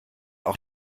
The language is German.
auch